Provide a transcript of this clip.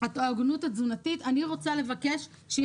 איפה נעשתה